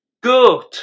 Good